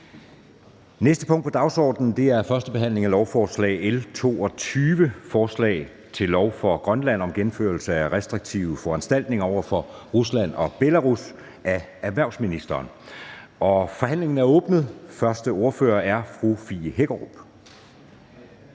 næste punkt på dagsordenen er: 6) 1. behandling af lovforslag nr. L 22: Forslag til lov for Grønland om gennemførelse af restriktive foranstaltninger over for Rusland og Belarus. Af erhvervsministeren (Morten Bødskov). (Fremsættelse